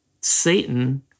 Satan